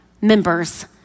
members